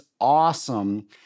awesome